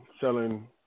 selling